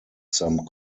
some